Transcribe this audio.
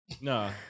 No